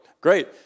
Great